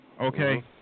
Okay